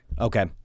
Okay